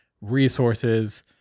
resources